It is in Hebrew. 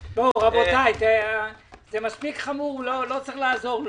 רבותי, זה מספיק חמור, לא צריך לעזור לו.